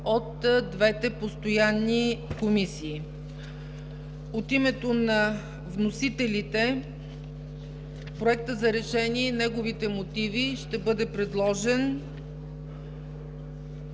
от двете постоянни комисии. От името на вносителите Проектът за решение и неговите мотиви ще бъде предложен